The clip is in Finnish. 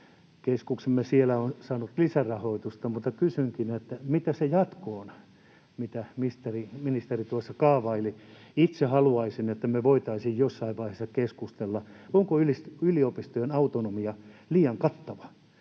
korkeakoulukeskuksemme siellä on saanut lisärahoitusta. Kysynkin: mitä se jatko on, mitä ministeri tuossa kaavaili? Itse haluaisin, että me voitaisiin jossain vaiheessa keskustella siitä, onko yliopistojen autonomia liian kattava,